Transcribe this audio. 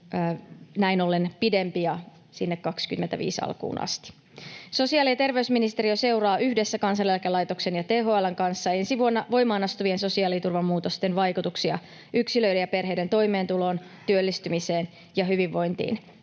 näin ollen pidempi, sinne vuoden 25 alkuun asti. Sosiaali- ja terveysministeriö seuraa yhdessä Kansaneläkelaitoksen ja THL:n kanssa ensi vuonna voimaan astuvien sosiaaliturvan muutosten vaikutuksia yksilöiden ja perheiden toimeentuloon, työllistymiseen ja hyvinvointiin.